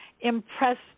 impressed